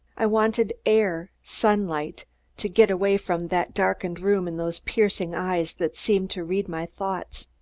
i wanted air, sunlight to get away from that darkened room and those piercing eyes that seemed to read my thoughts.